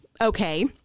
Okay